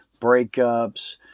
Breakups